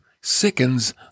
sickens